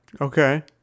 Okay